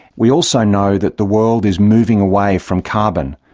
we also know that the world is moving away from carbon,